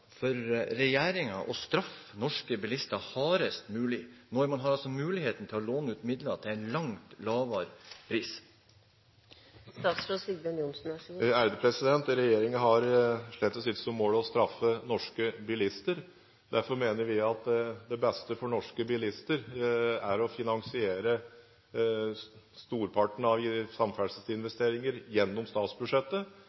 har muligheten til å låne ut midler til en langt lavere pris? Regjeringen har slett ikke som mål å straffe norske bilister. Derfor mener vi at det beste for norske bilister er å finansiere storparten av samferdselsinvesteringer gjennom statsbudsjettet, der vi slipper å låne fordi staten er i